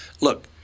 Look